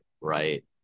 right